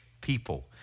people